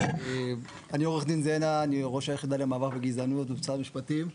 אני ראש היחידה למאבק בגזענות במשרד המשפטים.